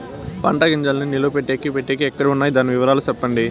పంటల గింజల్ని నిలువ పెట్టేకి పెట్టేకి ఎక్కడ వున్నాయి? దాని వివరాలు సెప్పండి?